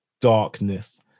darkness